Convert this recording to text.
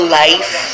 life